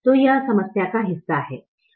तो यह समस्या का हिस्सा है